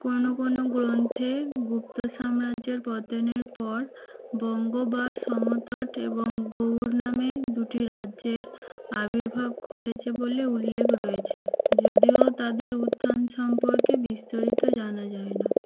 কোনও কোনও গ্রন্থে গুপ্ত সাম্রাজ্যর পতনের পর বঙ্গ বা সমতট এবং গৌড় নামে দুটি রাজ্যের আবির্ভাব ঘটেছে বলে উল্লেক রয়েছে যদিও তাদের উত্থান সম্পর্কে বিস্তারিত জানা যায় না